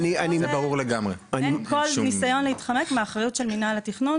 אין כל ניסיון להתחמק מהאחריות של מנהל התכנון